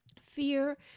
fear